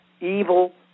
evil